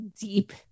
deep